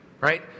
Right